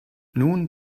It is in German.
nun